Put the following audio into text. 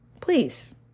please